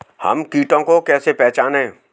हम कीटों को कैसे पहचाने?